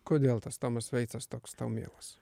kodėl tas tomas vaices toks tau mielas